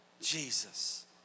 Jesus